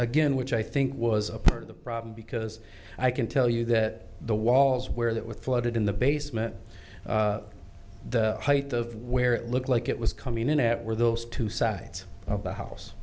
again which i think was a part of the problem because i can tell you that the walls where that with flooded in the basement the height of where it looked like it was coming in at where those two sides of the house